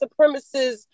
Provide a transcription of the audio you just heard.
supremacists